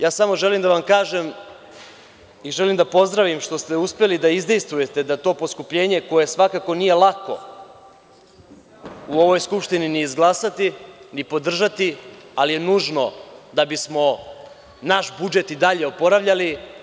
Ja samo želim da vam kažem i želim da pozdravim što ste uspeli da izdejstvujete da to poskupljenje koje svakako nije lako u ovoj Skupštini ni izglasati, ni podržati ali je nužno da bismo naš budžet i dalje oporavljali.